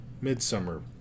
Midsummer